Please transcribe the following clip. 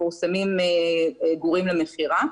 מפורסמים גורים למכירה.